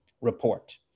report